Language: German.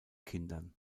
kindern